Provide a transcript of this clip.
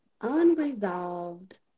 Unresolved